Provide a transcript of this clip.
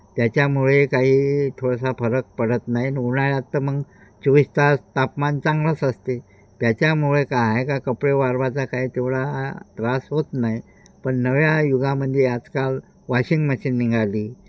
त्याच्यामुळे काही थोडासा फरक पडत नाही न उन्हाळ्यात तर मग चोवीस तास तापमान चांगलंच असते त्याच्यामुळे का आहे का कपडे वाळवायचा काय तेवढा त्रास होत नाही पण नव्या युगामध्ये आजकाल वॉशिंग मशीन निघाली